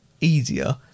easier